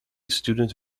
student